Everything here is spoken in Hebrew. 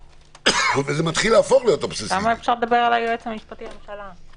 כמה אפשר לדבר על היועץ המשפטי לממשלה?